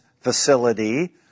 facility